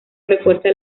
refuerza